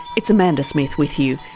it's amanda smith with you.